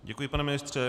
Děkuji, pane ministře.